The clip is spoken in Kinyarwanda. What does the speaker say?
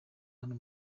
hano